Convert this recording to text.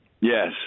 Yes